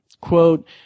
quote